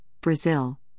Brazil